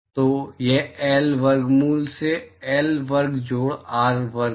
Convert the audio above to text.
तो यह L वर्गमूल से L वर्ग जोड़ r वर्ग है